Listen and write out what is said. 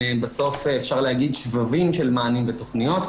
בסוף אפשר להגיד שבבים של מענים ותכניות,